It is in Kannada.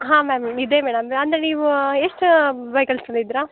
ಹಾಂ ಮ್ಯಾಮ್ ಇದೆ ಮೇಡಮ್ ಅಂದರೆ ನೀವು ಎಷ್ಟು ವೆಹಿಕಲ್ಸ್ ತಂದಿದಿರಾ